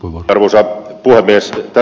tästä olemme ed